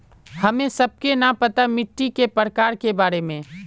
हमें सबके न पता मिट्टी के प्रकार के बारे में?